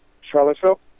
Charlottesville